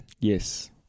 Yes